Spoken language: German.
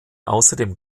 außerdem